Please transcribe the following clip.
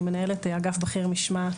מנהלת אגף בכיר משמעת.